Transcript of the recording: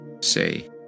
Say